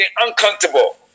uncomfortable